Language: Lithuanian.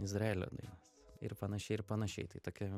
izraelio dainas ir panašiai ir panašiai tai tokia